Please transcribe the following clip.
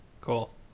cool